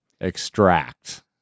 Extract